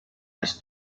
has